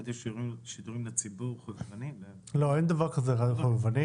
אז --- אין דבר כזה רדיו חובבני.